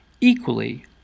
equally